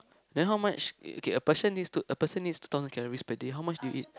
then how much okay a person needs a person needs two thousand calories per day how much do you eat